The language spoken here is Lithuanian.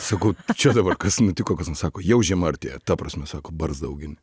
sakau čia dabar kas nutiko sako jau žiema artėja ta prasme sako barzdą augini